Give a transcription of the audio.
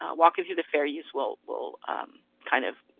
walking through the fair use will will kind of